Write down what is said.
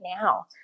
now